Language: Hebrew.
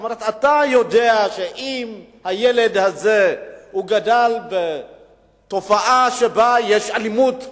אתה יודע שאם הילד הזה גדל כשיש אלימות בקרבתו,